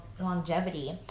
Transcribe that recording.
longevity